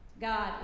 God